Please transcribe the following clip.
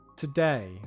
Today